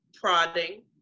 prodding